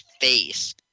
face